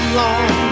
long